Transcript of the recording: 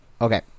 Okay